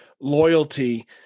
loyalty